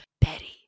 Betty